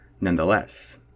Nonetheless